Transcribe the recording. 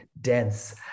dense